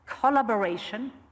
collaboration